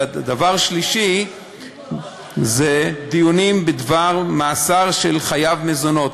דבר שלישי, דיונים בדבר מאסר של חייב מזונות.